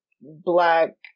black